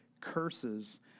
curses